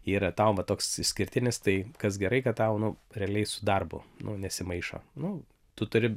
yra tau va toks išskirtinis tai kas gerai kad tau nu realiai su darbu nesimaišo nu tu turi